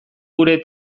gure